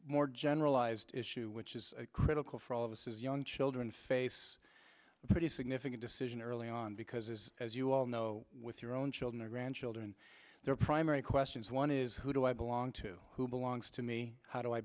more generalized issue which is critical for all of us is young children face a pretty significant decision early on because as you all know with your own children or grandchildren their primary questions one is who do i belong to who belongs to me how do i